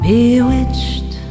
Bewitched